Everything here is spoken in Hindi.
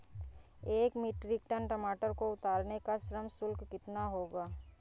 एक मीट्रिक टन टमाटर को उतारने का श्रम शुल्क कितना होगा?